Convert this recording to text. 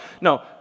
no